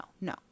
no